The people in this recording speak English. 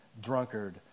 drunkard